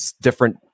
different